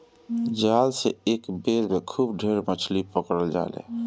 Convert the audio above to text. जाल से एक बेर में खूब ढेर मछरी पकड़ा जाले